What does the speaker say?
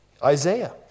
Isaiah